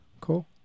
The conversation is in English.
cool